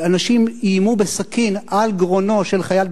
שאנשים איימו בסכין על גרונו של חייל,